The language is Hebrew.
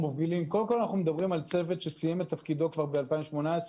אנחנו מדברים על צוות שסיים את תפקידו כבר ב-2018,